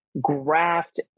Graft